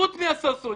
חוץ מהסרסורים,